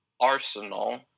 Arsenal